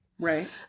Right